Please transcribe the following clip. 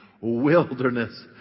Wilderness